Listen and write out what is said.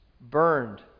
Burned